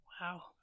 Wow